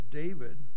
david